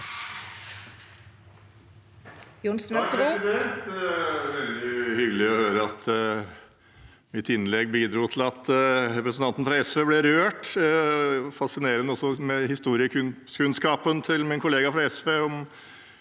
(FrP) Det var veldig hyggelig å høre at mitt innlegg bidro til at representanten fra SV ble rørt. Det er også fascinerende med historiekunnskapen til min kollega fra SV, om